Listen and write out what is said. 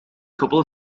couple